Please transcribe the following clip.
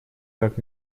как